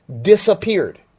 disappeared